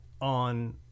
on